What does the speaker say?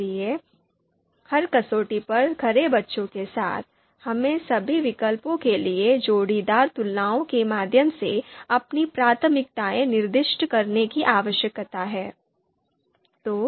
इसलिए हर कसौटी पर खरे बच्चों के साथ हमें सभी विकल्पों के लिए जोड़ीदार तुलनाओं के माध्यम से अपनी प्राथमिकताएं निर्दिष्ट करने की आवश्यकता है